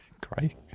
Great